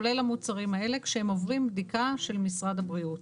כולל המוצרים האלה כשהם עוברים בדיקה של משרד הבריאות.